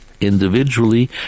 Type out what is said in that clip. individually